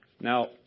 Now